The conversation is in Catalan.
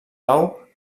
pau